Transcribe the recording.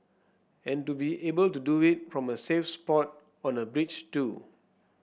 and to be able to do it from a safe spot on a bridge too